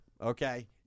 okay